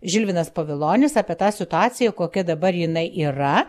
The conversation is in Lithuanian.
žilvinas pavilonis apie tą situaciją kokia dabar jinai yra